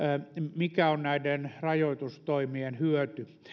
mikä on näiden rajoitustoimien hyöty